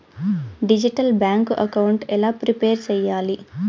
Digital bank account ఎలా prepare సెయ్యాలి?